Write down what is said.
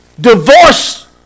divorce